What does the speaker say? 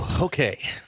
Okay